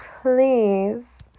please